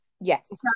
yes